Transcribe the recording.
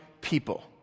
people